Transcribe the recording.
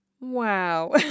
Wow